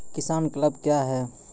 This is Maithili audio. किसान क्लब क्या हैं?